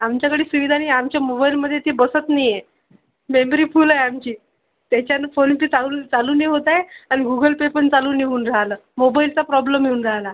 आमच्याकडे सुविधा नाही आहे आमच्या मोबाईलमध्ये ती बसत नाही आहे मेमरी फुल आहे आमची त्याच्यानं फोन पे चालू चालू नाही होत आहे आणि गूगल पे पण चालू नाही होऊन राहलं मोबाईलचा प्रॉब्लेम येऊन राहिला